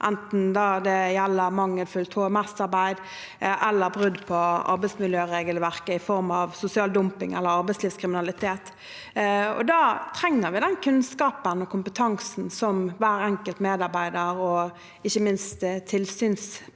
enten det gjelder mangelfullt HMS-arbeid eller brudd på arbeidsmiljøregelverket i form av sosial dumping eller arbeidslivskriminalitet. Da trenger vi den kunnskapen og kompetansen som hver enkelt medarbeider, og ikke minst tilsynsperson,